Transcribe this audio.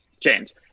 James